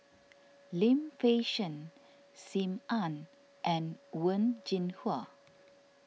Lim Fei Shen Sim Ann and Wen Jinhua